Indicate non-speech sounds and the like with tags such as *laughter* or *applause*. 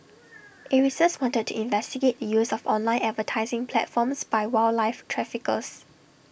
*noise* acres wanted to investigate the use of online advertising platforms by wildlife traffickers